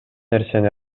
нерсени